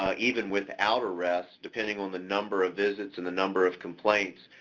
ah even without arrest, depending on the number of visits and the number of complaints,